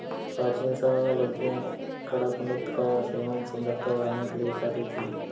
प्राचीन समय में लड़कियां कडपनुत का सेवन सुंदरता बढ़ाने के लिए करती थी